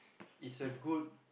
it's a good